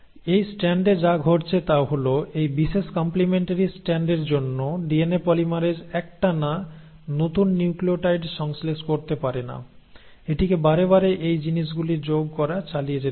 এই স্ট্র্যান্ডে যা ঘটেছে তা হল এই বিশেষ কম্প্লিমেন্টারি স্ট্র্যান্ডের জন্য ডিএনএ পলিমারেজ একটানা নতুন নিউক্লিওটাইড সংশ্লেষ করতে পারে না এটিকে বারে বারে এই জিনিসগুলি যোগ করা চালিয়ে যেতে হয়